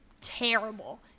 terrible